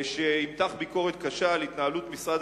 שימתח ביקורת קשה על התנהלות משרד